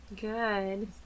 Good